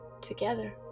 together